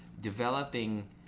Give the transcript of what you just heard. developing